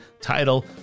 title